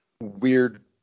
weird